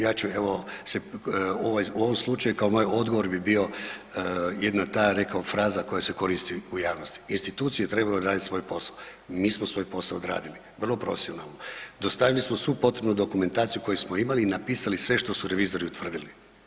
Ja ću evo se u ovom slučaju kao moj odgovor bi bio jedna ta rekao fraza koja se koristi u javnosti, institucije trebaju odradit svoj posao, mi smo svoj posao odradili vrlo profesionalno, dostavili smo svu potrebnu dokumentaciju koju smo imali i napisali sve što su revizori utvrdili.